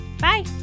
Bye